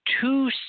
Two